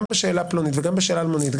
גם בשאלה פלונית וגם בשאלה אלמונית,